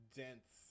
dense